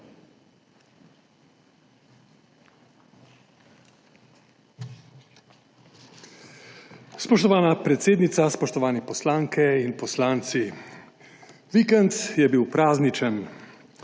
Spoštovana predsednica, spoštovane poslanke in poslanci! Vikend je bil prazničen.